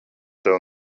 tev